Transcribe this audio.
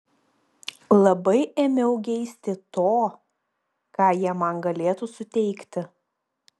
labai ėmiau geisti to ką jie man galėtų suteikti